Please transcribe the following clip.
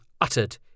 uttered